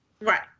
Right